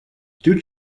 due